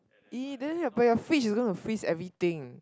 !ee! then but your fridge is going to freeze everything